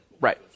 Right